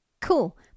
Cool